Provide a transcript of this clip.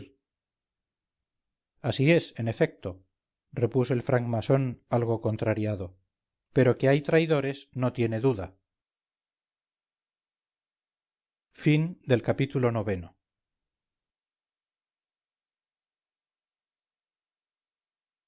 así es en efecto repuso el franc masón algo contrariado pero que hay traidores no tiene duda ii